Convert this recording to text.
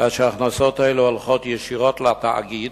כאשר הכנסות אלו הולכות ישירות לתאגיד.